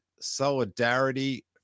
solidarity